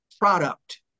product